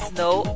Snow